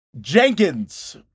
Jenkins